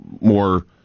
more